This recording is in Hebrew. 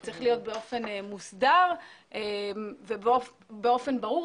זה צריך להיות באופן מוסדר ובאופן ברור,